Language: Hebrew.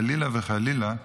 חלילה וחלילה,